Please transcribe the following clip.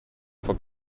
for